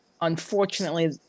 unfortunately